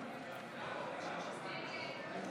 בעד,